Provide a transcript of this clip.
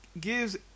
gives